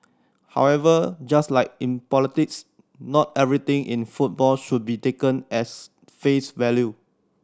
however just like in politics not everything in football should be taken as face value